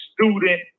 student